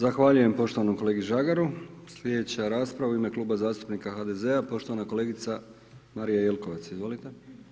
Zahvaljujem poštovanom kolegi Žagaru, sljedeća rasprava, u ime Kluba zastupnika HDZ-a poštovana kolegica Marija Jelkovac, izvolite.